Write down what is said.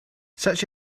such